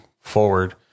forward